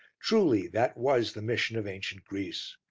truly that was the mission of ancient greece.